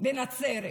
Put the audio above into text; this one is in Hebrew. בנצרת